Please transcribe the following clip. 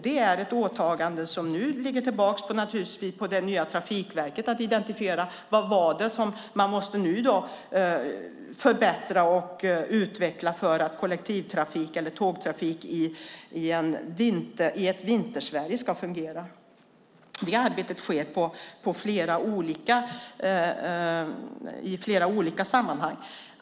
Det ligger nu på det nya Trafikverket att identifiera vad det är som man måste förbättra och utveckla för att tågtrafik i ett Vintersverige ska fungera. Det arbetet sker i flera olika sammanhang.